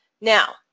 Now